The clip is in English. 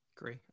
Agree